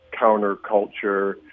counterculture